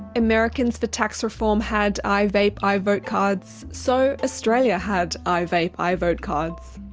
americans for tax reform had i vape, i vote cards, so australia had i vape, i vote cards.